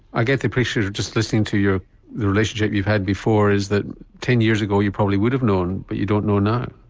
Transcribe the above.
i get the impression just listening to you that the relationship you've had before is that ten years ago you probably would have known, but you don't know now.